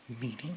meaning